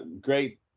great